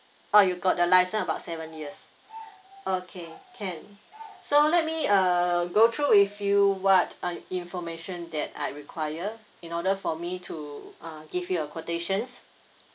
orh you got the license about seven years okay can so let me uh go through with you what uh information that I require in order for me to uh give you a quotations